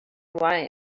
why